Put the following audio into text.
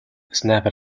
snapped